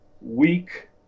weak